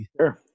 sure